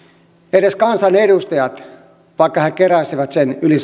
edes kansanedustajat vaikka he keräisivät yli